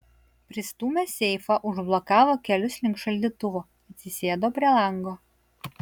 pristūmęs seifą užblokavo kelius link šaldytuvo atsisėdo prie lango